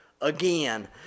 again